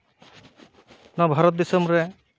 ᱱᱚᱣᱟ ᱵᱷᱟᱨᱚᱛ ᱫᱤᱥᱚᱢ ᱨᱮ